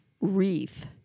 wreath